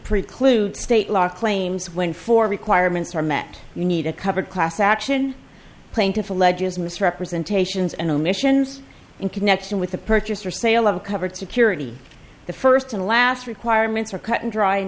preclude state law claims when for requirements are met you need a covered class action plaintiff alleges misrepresentations and omissions in connection with the purchase or sale of covered security the first and last requirements are cut and dry and